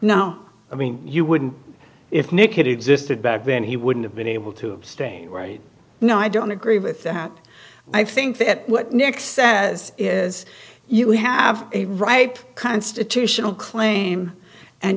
no i mean you wouldn't if nick it existed back then he wouldn't have been able to abstain right no i don't agree with that i think that what nick says is you have a ripe constitutional claim and